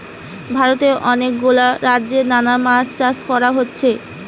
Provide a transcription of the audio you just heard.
ভারতে অনেক গুলা রাজ্যে নানা মাছ চাষ কোরা হচ্ছে